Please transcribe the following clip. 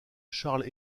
charles